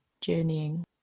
Journeying